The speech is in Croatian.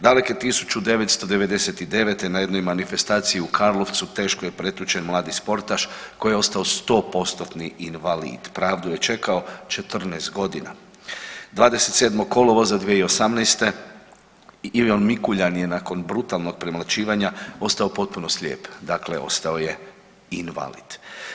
Daleke 1999. na jednoj manifestaciji u Karlovcu teško je pretučen mladi sportaš koji je ostao 100%-tni invalid, pravdu je čekao 14.g., 27. kolovoza 2018. i Ivan Mikuljan je nakon brutalnog premlaćivanja ostao potpuno slijep, dakle ostao je invalid.